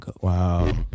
Wow